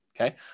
okay